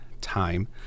time